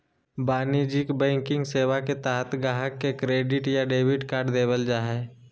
वाणिज्यिक बैंकिंग सेवा के तहत गाहक़ के क्रेडिट या डेबिट कार्ड देबल जा हय